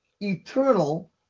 eternal